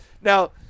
Now